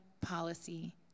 policy